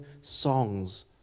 songs